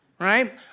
right